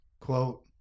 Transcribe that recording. Quote